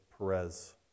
Perez